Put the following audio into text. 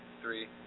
three